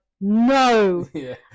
no